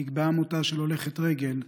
נקבע מותה של הולכת רגל,